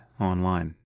Online